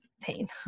Pain